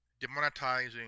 demonetizing